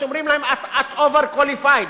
אומרים להן: אתover-qualified .